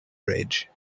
bridge